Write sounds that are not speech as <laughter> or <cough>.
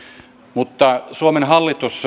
mutta suomen hallitus <unintelligible>